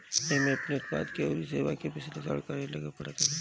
एमे अपनी उत्पाद अउरी सेवा के विश्लेषण करेके पड़त हवे